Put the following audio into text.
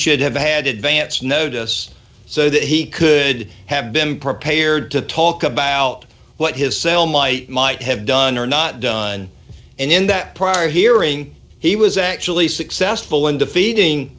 should have had advance notice so that he could have been prepared to talk about what his cell might might have done or not done and in that prior hearing he was actually successful